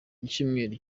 icyumweru